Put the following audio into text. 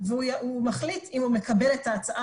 והוא מחליט אם הוא מקבל את ההצעה